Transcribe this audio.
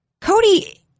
Cody